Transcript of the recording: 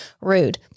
Rude